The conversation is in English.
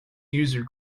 users